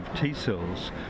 T-cells